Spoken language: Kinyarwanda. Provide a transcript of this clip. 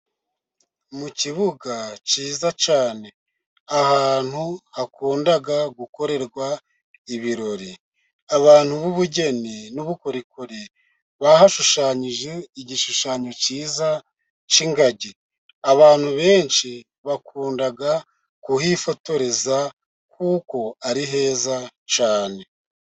Mu kibuga cyiza cyane ahantu hakunda gukorerwa ibirori. Abantu b'ubugeni n'ubukorikori bahashushanyije igishushanyo cyiza cy'ingagi. Abantu benshi bakunda kuhifotoreza kuko ari heza cyane.